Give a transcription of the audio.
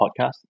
podcast